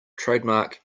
trademark